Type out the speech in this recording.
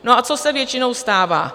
A co se většinou stává?